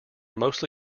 most